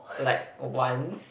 like once